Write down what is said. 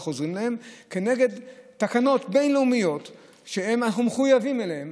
איך עוזרים להם כנגד תקנות בין-לאומיות שאנחנו מחויבים להן,